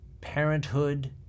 parenthood